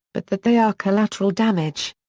but that they are collateral damage.